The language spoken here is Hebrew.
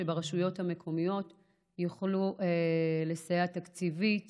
שברשויות המקומיות יוכלו לסייע תקציבית